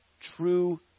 true